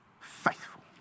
faithful